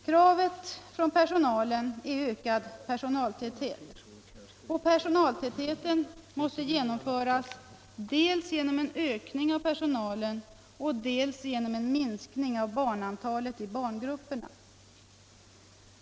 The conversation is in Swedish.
Kravet från personalen är ökad personaltäthet. Detta krav måste genomföras dels genom en ökning av personalen, dels genom en minskning av barnantalet i barngrupperna.